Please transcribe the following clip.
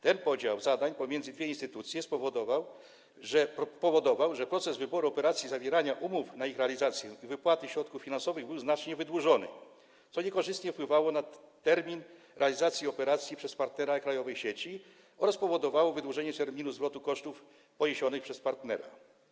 Ten podział zadań pomiędzy dwie instytucje powoduje, że proces wyboru operacji, zawierania umów o ich realizację i wypłaty środków finansowych jest znacznie wydłużony, co niekorzystnie wpływa na termin realizacji operacji przez partnera krajowej sieci oraz powoduje wydłużenie terminu zwrotu kosztów poniesionych przez partnera.